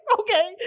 okay